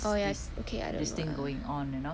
oh yes okay